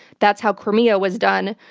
that's how crimea was done.